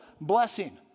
blessing